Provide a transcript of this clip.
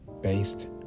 based